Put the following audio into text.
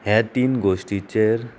हे तीन गोश्टीचेर